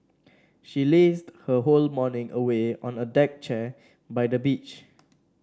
she lazed her whole morning away on a deck chair by the beach